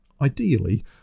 Ideally